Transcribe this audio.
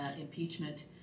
impeachment